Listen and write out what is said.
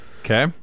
okay